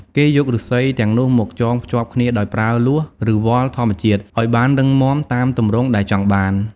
គេយកឬស្សីទាំងនោះមកចងភ្ជាប់គ្នាដោយប្រើលួស ឬវល្លិធម្មជាតិឱ្យបានរឹងមាំតាមទម្រង់ដែលចង់បាន។